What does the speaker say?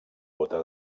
bóta